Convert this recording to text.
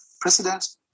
president